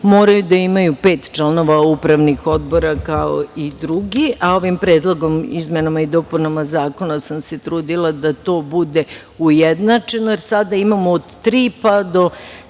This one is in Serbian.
moraju da imaju pet članova Upravnih odbora kao i drugi, a ovim predlogom o izmenama i dopunama zakona sam se trudila da to bude ujednačeno, jer sada imamo od tri, pa do